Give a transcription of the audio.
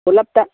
ꯄꯨꯂꯞꯇ